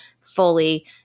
fully